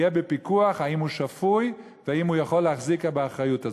יהיה בפיקוח האם הוא שפוי והאם הוא יכול להחזיק באחריות הזאת.